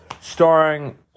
starring